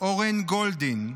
אורן גולדין,